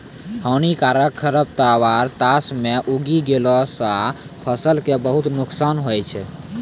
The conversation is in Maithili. हानिकारक खरपतवार चास मॅ उगी गेला सा फसल कॅ बहुत नुकसान होय छै